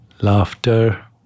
laughter